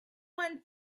one